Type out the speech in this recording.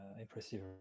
impressive